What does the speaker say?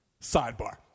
Sidebar